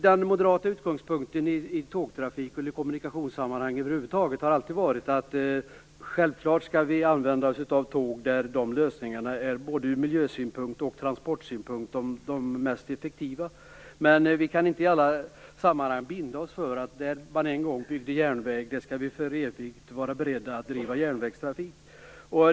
Den moderata utgångspunkten när det gäller tågtrafiken, och i kommunikationssammanhang över huvud taget, har alltid varit att vi självklart skall använda oss av tåg där de lösningarna både ur miljösynpunkt och ur transportsynpunkt är de mest effektiva. Men vi kan inte i alla sammanhang binda oss för att för evigt bedriva järnvägstrafik där man en gång byggde järnväg.